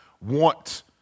want